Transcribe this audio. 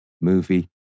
movie